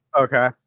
Okay